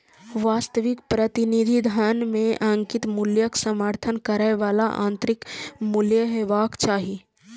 वास्तविक प्रतिनिधि धन मे अंकित मूल्यक समर्थन करै बला आंतरिक मूल्य हेबाक चाही